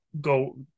go